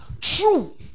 true